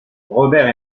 robert